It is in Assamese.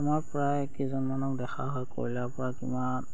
আমাৰ প্ৰায় কেইজনমানক দেখা হয় কয়লাৰ পৰা কিমান